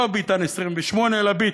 לא "ביתן 28" אלא ביטן,